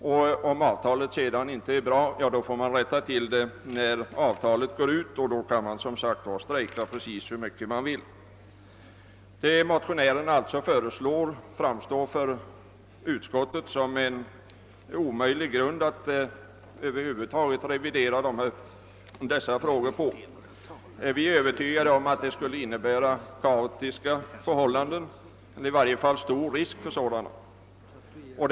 Om avtalen inte är bra får man rätta till dem när avtalstiden gått ut, och då kan man strejka precis hur mycket man vill. Vad motionärerna föreslår framstår alltså för utskottet som en helt omöjlig väg när det gäller att reglera dessa frågor. Vi är övertygade om att det skulle medföra stor risk för kaotiska förhållanden.